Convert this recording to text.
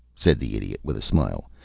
said the idiot, with a smile,